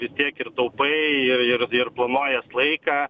vis tiek ir taupai ir ir ir planuojies laiką